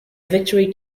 victory